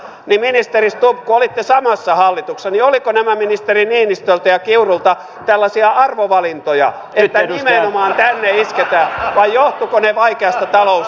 ministeri stubb kun olitte samassa hallituksessa niin olivatko nämä ministeri niinistöltä ja kiurulta tällaisia arvovalintoja että nimenomaan tänne isketään vai johtuivatko ne vaikeasta taloustilanteesta